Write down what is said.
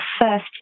first